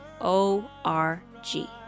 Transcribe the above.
O-R-G